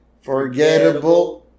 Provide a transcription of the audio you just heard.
forgettable